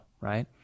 Right